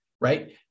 Right